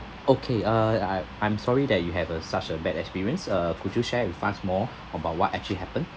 okay uh I I'm sorry that you have a such a bad experience uh could you share with us more about what actually happened